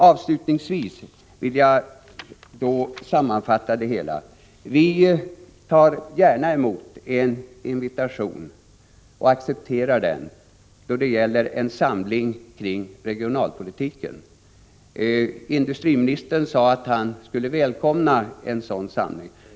Avslutningsvis vill jag sammanfatta det hela: Vi tar gärna emot en invitation och accepterar en samling kring regionalpolitiken. Industriministern sade att han skulle välkomna en sådan samling.